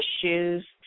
issues